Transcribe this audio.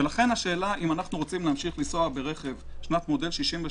לכן השאלה, אם אנחנו רוצים לנסוע ברכב שנת 63'